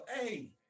hey